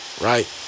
Right